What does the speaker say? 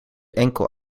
enkel